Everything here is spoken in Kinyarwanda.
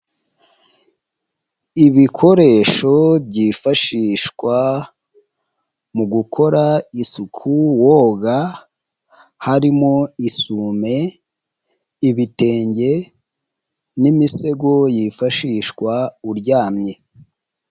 Ibikoresho byifashishwa mu gukora isuku woga harimo: isume, ibitenge n'imisego yifashishwa uryamye.